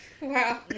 Wow